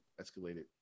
escalated